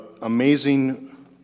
amazing